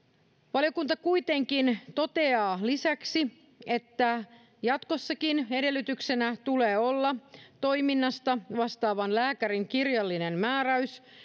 valiokunta kuitenkin toteaa lisäksi että jatkossakin edellytyksenä tulee olla toiminnasta vastaavan lääkärin kirjallinen määräys